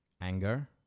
Anger